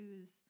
choose